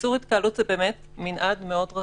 איסור התקהלות זה באמת מנעד מאוד רחב.